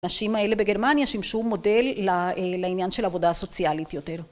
הנשים האלה בגרמניה שימשו מודל ל... לעניין של העבודה הסוציאלית יותר.